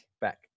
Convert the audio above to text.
Back